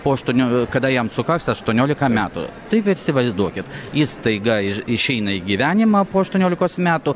po aštuonių kada jam sukaks aštuoniolika metų taip ir įsivaizduokit jis staiga iš išeina į gyvenimą po aštuoniolikos metų